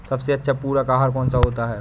सबसे अच्छा पूरक आहार कौन सा होता है?